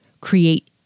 create